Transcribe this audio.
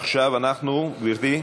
עכשיו אנחנו, גברתי,